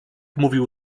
mówił